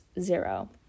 zero